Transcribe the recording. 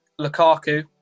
Lukaku